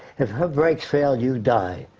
if her breaks fail, you die.